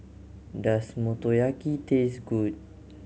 does Motoyaki taste good